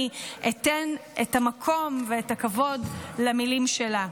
אני אתן את המקום ואת הכבוד למילים שלה: